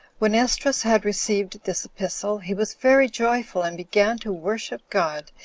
when esdras had received this epistle, he was very joyful, and began to worship god,